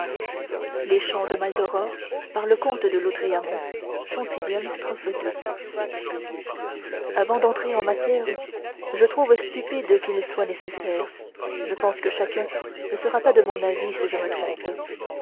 fuligineuse avant d'entrer en matière je trouve stupide qu'il soit nécessaire je pense que chacun ne sera pas de mon avis si je me trompe